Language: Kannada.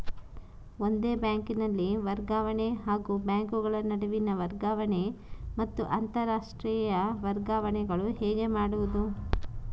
ಒಂದೇ ಬ್ಯಾಂಕಿನಲ್ಲಿ ವರ್ಗಾವಣೆ ಹಾಗೂ ಬ್ಯಾಂಕುಗಳ ನಡುವಿನ ವರ್ಗಾವಣೆ ಮತ್ತು ಅಂತರಾಷ್ಟೇಯ ವರ್ಗಾವಣೆಗಳು ಹೇಗೆ ಮಾಡುವುದು?